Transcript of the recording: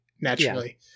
naturally